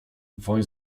woń